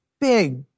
big